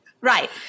Right